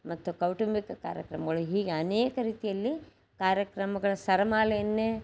ಮತ್ತು ಕೌಟುಂಬಿಕ ಕಾರ್ಯಕ್ರಮಗಳು ಹೀಗೆ ಅನೇಕ ರೀತಿಯಲ್ಲಿ ಕಾರ್ಯಕ್ರಮಗಳ ಸರಮಾಲೆಯನ್ನೇ